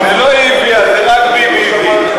זה לא היא הביאה, זה רק ביבי הביא.